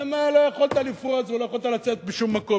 ושם לא יכולת לפרוץ ולא יכולת לצאת בשום מקום.